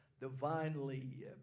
divinely